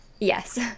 Yes